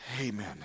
Amen